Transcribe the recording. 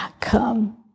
come